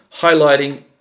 highlighting